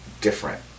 different